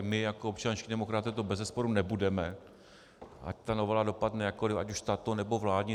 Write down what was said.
My jako občanští demokraté to bezesporu nebudeme, ať ta novela dopadne jakkoli, ať už tato, nebo vládní.